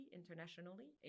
internationally